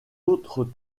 autres